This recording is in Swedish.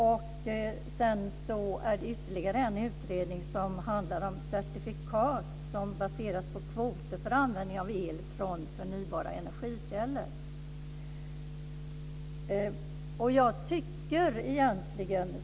Sedan är det ytterligare en utredning som handlar om certifikat som baseras på kvoter för användning av el från förnybara energikällor.